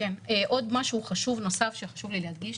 כן, עוד משהו חשוב נוסף שחשוב לי להדגיש.